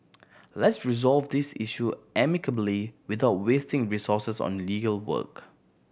let's resolve this issue amicably without wasting resources on legal work